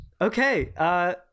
Okay